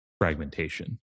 fragmentation